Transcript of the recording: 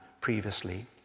previously